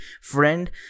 friend